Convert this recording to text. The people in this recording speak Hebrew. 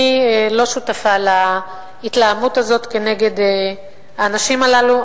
אני לא שותפה להתלהמות הזאת כנגד האנשים הללו,